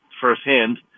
firsthand